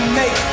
make